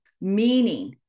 meaning